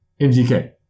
MGK